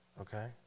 Okay